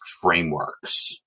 frameworks